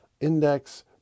index